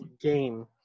game